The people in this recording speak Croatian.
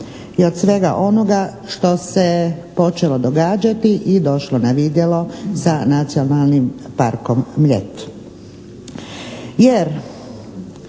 i od svega onoga što se počelo događati i došlo na vidjelo sa Nacionalnim parkom "Mljet".